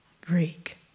Greek